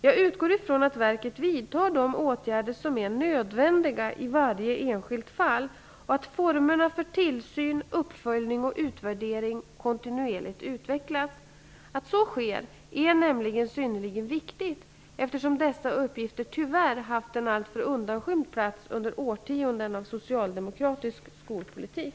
Jag utgår ifrån att verket vidtar de åtgärder som är nödvändiga i varje enskilt fall och att formerna för tillsyn, uppföljning och utvärdering kontinuerligt utvecklas. Att så sker är nämligen synnerligen viktigt, eftersom dessa uppgifter tyvärr haft en alltför undanskymd plats under årtionden av socialdemokratisk skolpolitik.